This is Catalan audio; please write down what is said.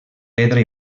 pedra